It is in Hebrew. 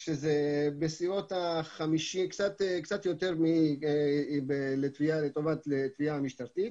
זה קצת יותר לתביעה המשטרתית.